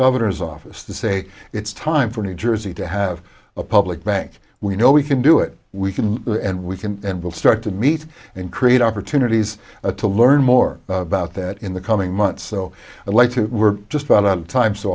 governor's office to say it's time for new jersey to have a public bank we know we can do it we can and we can and will start to meet and create opportunities to learn more about that in the coming months so i'd like to we're just out of time so